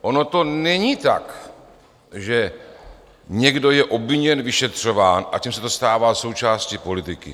Ono to není tak, že někdo je obviněn, vyšetřován a tím se to stává součástí politiky.